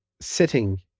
sitting